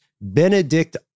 Benedict